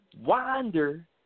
Wander